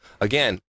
Again